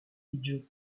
fit